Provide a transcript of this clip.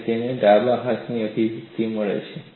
અને આ તેને ડાબા હાથની અભિવ્યક્તિ મળી છે